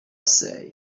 said